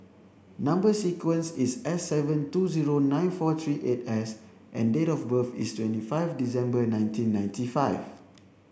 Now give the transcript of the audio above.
number sequence is S seven two zero nine four three eight S and date of birth is twenty five December nineteen ninety five